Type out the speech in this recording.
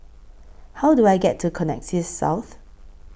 How Do I get to Connexis South